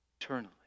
eternally